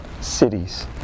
cities